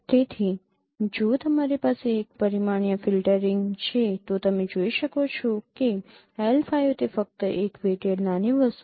તેથી જો તમારી પાસે એક પરિમાણીય ફિલ્ટરિંગ છે તો તમે જોઈ શકો છો કે L5 તે ફક્ત એક વેઈટેડ નાની વસ્તુ છે